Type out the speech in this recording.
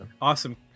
Awesome